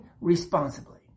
responsibly